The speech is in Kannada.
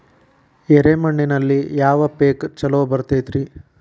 ಎರೆ ಮಣ್ಣಿನಲ್ಲಿ ಯಾವ ಪೇಕ್ ಛಲೋ ಬರತೈತ್ರಿ?